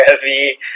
heavy